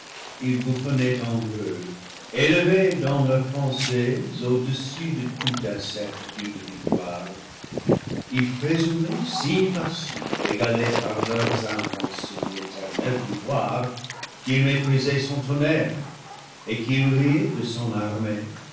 bouffonnaient entre eux élevés dans leurs pensées au-dessus de toute incertitude de victoire ils présumaient si facile d'égaler par leurs inventions l'éternel pouvoir qu'ils méprisaient son tonnerre et qu'ils riaient de son armée